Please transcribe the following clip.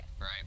right